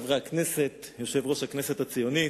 יושב-ראש הכנסת הציונית,